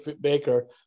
Baker